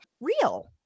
real